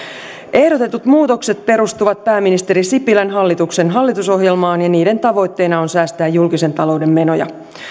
ehdotetut muutokset perustuvat pääministeri sipilän hallituksen hallitusohjelmaan ja niiden tavoitteena on säästää julkisen talouden menoja